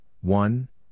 one